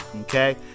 Okay